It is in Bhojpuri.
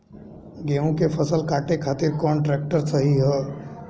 गेहूँ के फसल काटे खातिर कौन ट्रैक्टर सही ह?